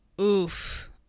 oof